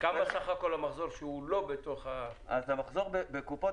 כמה סך הכול המחזור שהוא לא בתוך --- אז המחזור בקופות